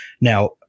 now